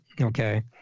Okay